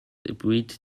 breed